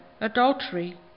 adultery